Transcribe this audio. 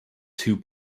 two